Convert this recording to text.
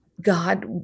God